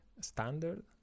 standard